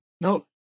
No